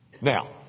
Now